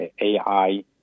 AI